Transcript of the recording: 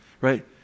right